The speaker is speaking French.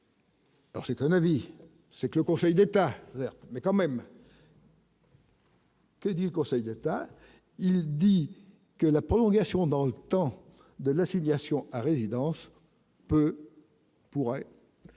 Alors c'est un avis, c'est que le Conseil d'État, certes, mais quand même. Odile Conseil d'État, il dit que la prolongation dans le temps de l'assignation à résidence peu pourrait